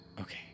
Okay